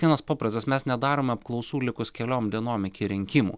vienas paprastas mes nedarom apklausų likus keliom dienom iki rinkimų